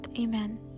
amen